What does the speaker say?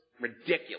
ridiculous